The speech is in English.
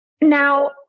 Now